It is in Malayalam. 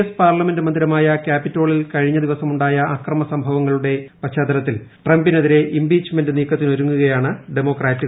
എസ് പാർലമെന്റ് മന്ദിരമായ ക്യാപിറ്റോളിൽ കഴിഞ്ഞ ദിവസമുണ്ടായ അക്രമസംഭവങ്ങളുടെ പശ്ചാത്തലത്തിൽ ഇംപീച്ച്മെന്റ് നീക്കത്തിനൊരുങ്ങുകയാണ് ഡെമൊക്രാറ്റുകൾ